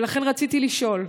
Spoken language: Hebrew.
ולכן רציתי לשאול: